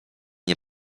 nie